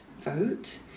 vote